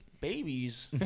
Babies